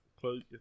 close